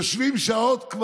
יושבים כבר שעות,